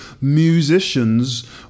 musicians